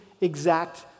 exact